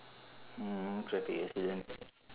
mm traffic accidents